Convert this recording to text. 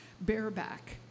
bareback